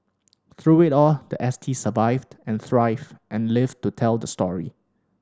through it all the S T survived and thrived and lived to tell the story